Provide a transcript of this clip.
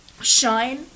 shine